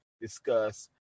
discuss